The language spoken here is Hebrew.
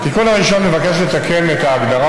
אני שמח שהמשרד אימץ את זה.